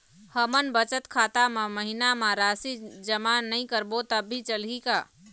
हमन बचत खाता मा महीना मा राशि जमा नई करबो तब भी चलही का?